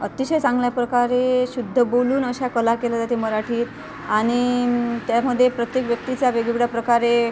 अतिशय चांगल्या प्रकारे शुद्ध बोलून अशा कला केली जाते मराठीत आणि त्यामध्ये प्रत्येक व्यक्तीचा वेगवेगळ्या प्रकारे